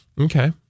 Okay